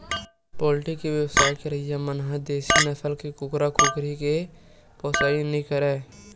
poultry के बेवसाय करइया मन ह देसी नसल के कुकरा, कुकरी के पोसइ नइ करय